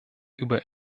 über